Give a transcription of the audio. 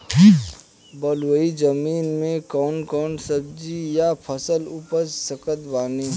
बलुई जमीन मे कौन कौन सब्जी या फल उपजा सकत बानी?